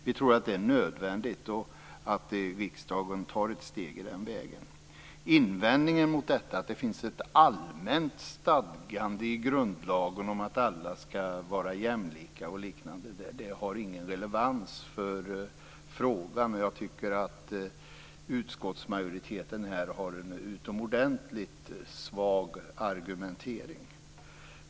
Vi tror att det är nödvändigt att riksdagen tar ett steg i den riktningen. Invändningen mot detta, att det finns ett allmänt stadgande i grundlagen om att alla skall vara jämlika, har ingen relevans för frågan. Jag tycker att utskottsmajoriteten har en utomordentligt svag argumentering här.